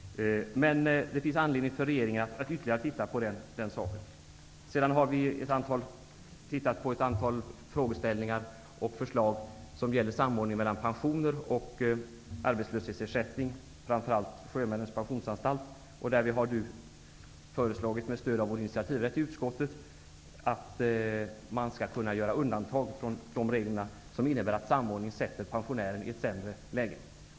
Det finns anledning för regeringen att ytterligare titta på detta. Utskottet har också tittat på ett antal frågeställningar och förslag som gäller samordningen mellan pensioner och arbetslöshetsersättning. Framför allt gäller det sjömännens pensionsanstalt. Med stöd av vår initiativrätt i utskottet har vi föreslagit att det skall vara möjligt med undantag från regler som innebär att samordningen försätter pensionärerna i ett sämre läge.